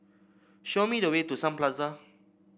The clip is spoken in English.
show me the way to Sun Plaza